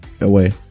away